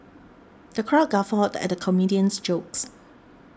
the crowd guffawed at the comedian's jokes